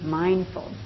mindful